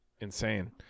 Insane